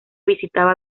visitaba